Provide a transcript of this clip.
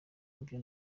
muvyo